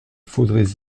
faudrait